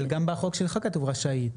אבל גם בחוק שלך כתוב "רשאית".